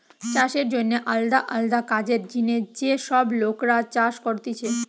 চাষের জন্যে আলদা আলদা কাজের জিনে যে সব লোকরা কাজ করতিছে